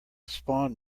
spawn